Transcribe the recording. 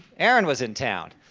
aaron was in town.